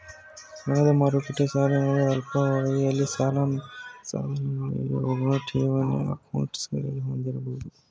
ಹಣದ ಮಾರುಕಟ್ಟೆ ಸಾಧನಗಳು ಅಲ್ಪಾವಧಿಯ ಸಾಲ ಸಾಧನಗಳಾಗಿವೆ ಅವುಗಳು ಠೇವಣಿ ಅಕೌಂಟ್ಗಳನ್ನ ಹೊಂದಿರಬಹುದು